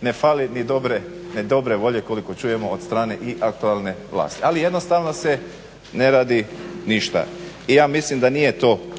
ne fali ni dobre volje koliko čujemo od strane i aktualne vlasti. Ali jednostavno se ne radi ništa i ja mislim da nije to